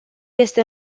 este